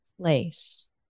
place